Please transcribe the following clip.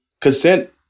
consent